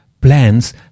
plans